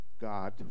God